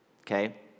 okay